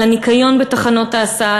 על הניקיון בתחנות ההסעה,